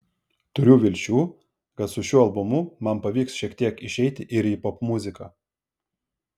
turiu vilčių kad su šiuo albumu man pavyks šiek tiek išeiti ir į popmuziką